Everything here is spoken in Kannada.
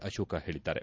ಅಶೋಕ ಹೇಳಿದ್ದಾರೆ